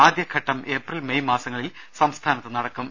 ആദ്യ ഘട്ടം April May മാസങ്ങളിൽ സംസ്ഥാനത്ത് നടക്കും